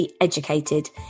educated